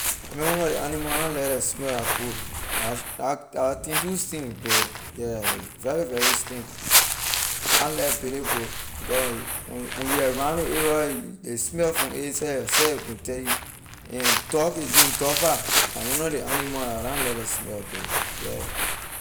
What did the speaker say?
My man one nor ley animal I na like la smell la goat la la la thing to stink bro yeah a very very stink I na like billy goat because when you when you around ley area you ley smell from it seh yourself a can tell you and duck again dufar la one of ley animal la I na like to smell bro yeah.